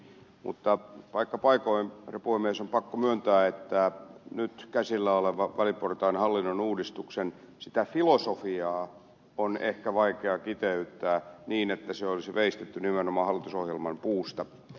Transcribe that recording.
mutta paikka paikoin herra puhemies on pakko myöntää että nyt käsillä olevan väliportaan hallinnonuudistuksen filosofiaa on ehkä vaikea kiteyttää niin että se olisi veistetty nimenomaan hallitusohjelman puusta